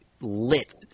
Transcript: lit